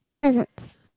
Presents